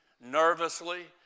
nervously